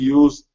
use